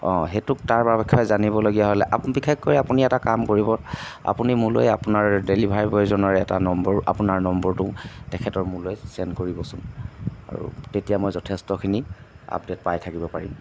অঁ সেইটো তাৰ বিষয়ে জানিবলগীয়া হ'লে আপুনি বিশেষকৈ এটা কাম কৰিব আপুনি মোৰলৈ আপোনাৰ ডেলিভাৰ বয়জনৰে এটা নম্বৰ আপোনাৰ নম্বৰটো তেখেতৰ মোৰলৈ চেণ্ড কৰিবচোন আৰু তেতিয়া মই যথেষ্টখিনি আপডেট পাই থাকিব পাৰিম